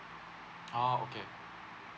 oh okay